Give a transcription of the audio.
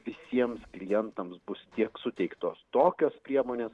visiems klientams bus tiek suteiktos tokios priemonės